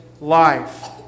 life